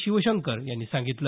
शिवशंकर यांनी सांगितलं